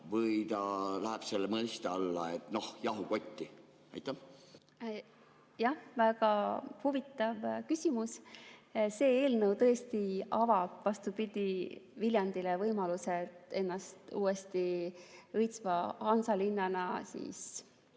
või ta läheb selle mõiste alla, et noh, jahu kotti? Jah, väga huvitav küsimus. See eelnõu avab, vastupidi, Viljandile võimaluse ennast uuesti õitsva hansalinnana